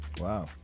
Wow